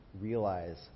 Realize